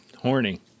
Horny